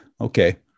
okay